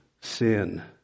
sin